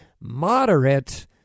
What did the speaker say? moderate